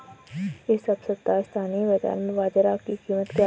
इस सप्ताह स्थानीय बाज़ार में बाजरा की कीमत क्या है?